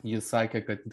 ji sakė kad